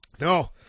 No